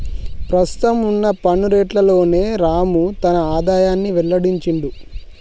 ప్రస్తుతం వున్న పన్ను రేట్లలోనే రాము తన ఆదాయాన్ని వెల్లడించిండు